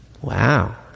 wow